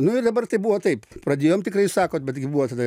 nu ir dabar tai buvo taip pradėjom tikrai sakot bet gi buvo tada